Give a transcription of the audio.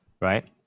right